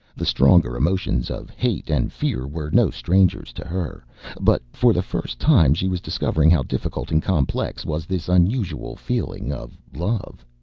the stronger emotions of hate and fear were no strangers to her but for the first time she was discovering how difficult and complex was this unusual feeling of love.